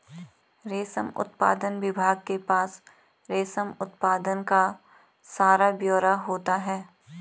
रेशम उत्पादन विभाग के पास रेशम उत्पादन का सारा ब्यौरा होता है